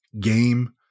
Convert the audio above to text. game